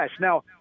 Now